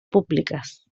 públiques